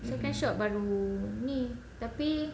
second shot baru ni tapi